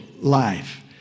life